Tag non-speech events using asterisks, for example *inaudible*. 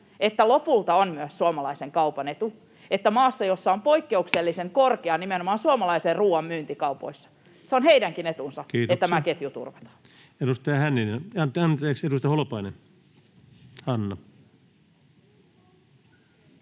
että lopulta on myös suomalaisen kaupan etu, että maassa, jossa on poikkeuksellisen *noise* korkea nimenomaan suomalaisen ruoan myynti kaupoissa, on heidänkin etunsa, että tämä ketju turvataan. Edustaja Holopainen, Hanna.